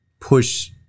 push